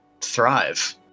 thrive